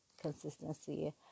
consistency